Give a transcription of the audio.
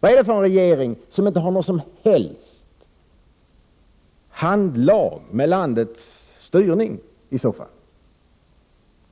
Vad är det för regering som inte har något som helst handlag med landets styrning i så fall